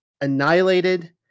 annihilated